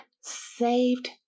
saved